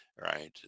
right